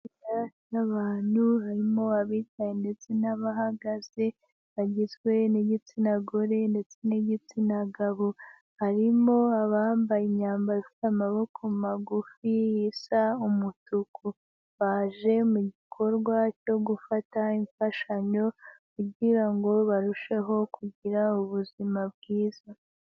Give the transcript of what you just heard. Imbaga y'abantu harimo abicaye ndetse n'abahagaze bagizwe n'igitsina gore ndetse n'igitsina gabo. Harimo abambaye imyambaro ifite amaboko magufi isa umutuku. Baje mu gikorwa cyo gufata imfashanyo, kugira ngo barusheho kugira ubuzima bwiza.